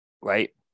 right